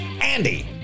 Andy